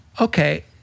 okay